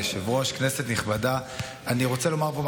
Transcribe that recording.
חבר הכנסת צבי ידידה סוכות, אינו